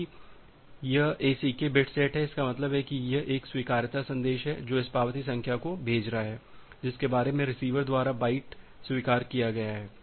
यदि यह ACK bit set है इसका मतलब है यह एक स्वीकार्यता संदेश है जो इस पावती संख्या को भेज रहा है जिसके बारे में रिसीवर द्वारा बाइट स्वीकार किया गया है